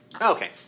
okay